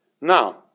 Now